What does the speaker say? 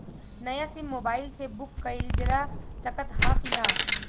नया SIM mobile से book कइलजा सकत ह कि ना?